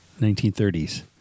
1930s